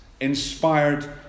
inspired